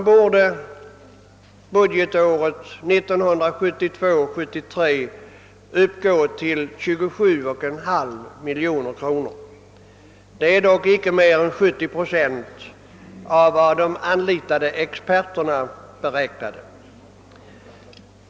För budgetåret 1972/73 borde anslaget uppgå till 27,5 miljoner kronor, vilket icke är mer än 70 procent av vad de anlitade experterna beräknat.